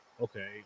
Okay